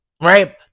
right